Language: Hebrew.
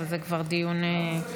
אבל זה כבר דיון נוסף.